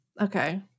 Okay